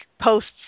posts